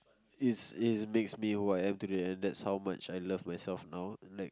is is makes me what I have to do and that's how much I love myself now like